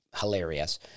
hilarious